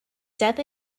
death